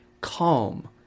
calm